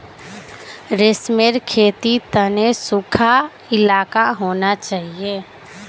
रेशमेर खेतीर तने सुखा इलाका होना चाहिए